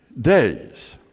days